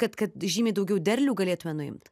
kad kad žymiai daugiau derlių galėtume nuimt